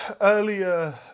earlier